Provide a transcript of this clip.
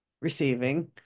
receiving